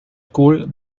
school